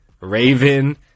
Raven